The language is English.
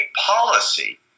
policy